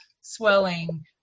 swelling